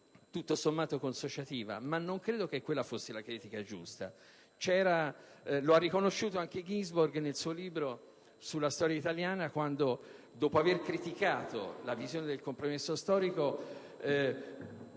tutto sommato, consociativa, ma non credo che quella fosse la critica giusta. Lo ha riconosciuto anche Ginsborg, che, nel suo libro sulla storia italiana, dopo aver criticato la visione del compromesso storico,